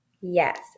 yes